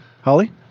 Holly